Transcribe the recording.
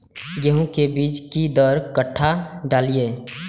गेंहू के बीज कि दर कट्ठा डालिए?